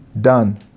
done